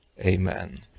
amen